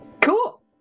Cool